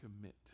commit